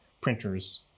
printers